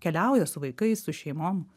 keliauja su vaikais su šeimom